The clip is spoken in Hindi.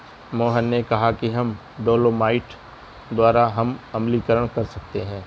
मोहन ने कहा कि डोलोमाइट द्वारा हम अम्लीकरण कर सकते हैं